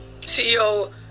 CEO